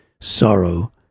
sorrow